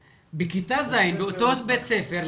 בכיתה ז' באותו בית ספר,